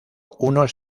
unos